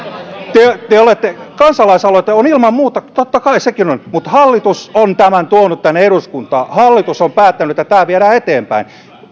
kansalaisaloite on ilman muuta totta kai sekin on mutta hallitus on tämän tuonut tänne eduskuntaan hallitus on päättänyt että tämä viedään eteenpäin